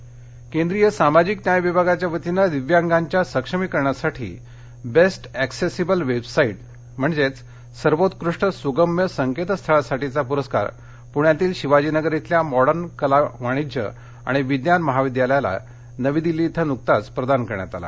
दिव्यांगजन परस्कार केंद्रीय सामाजिक न्याय विभागाच्या वतीनं दिव्यांगांच्या सक्षमीकरणाकसाठी बेस्ट ऍक्सेसिबल वेबसाईट म्हणजेच सर्वोत्कृष्ट सूगम्य संकेतस्थळासाठीचा प्रस्कार पुण्यातील शिवाजीनगर इथल्या मॉडर्न कला वाणिज्य आणि विज्ञान महाविद्यालयाला नवी दिल्ली इथं नुकताच प्रदान करण्यात आला